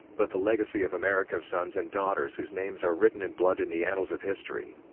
but the legacy of america's sons and daughters whose names are written in blood in the annals of history.